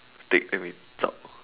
take then we zao